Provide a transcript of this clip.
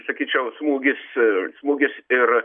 sakyčiau smūgis smūgis ir